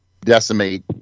decimate